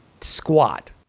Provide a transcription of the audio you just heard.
squat